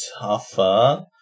tougher